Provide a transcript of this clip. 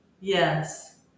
Yes